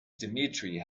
dmitry